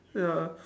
ya